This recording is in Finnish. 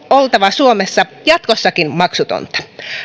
oltava suomessa jatkossakin maksutonta